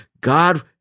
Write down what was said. God